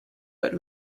but